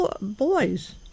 boys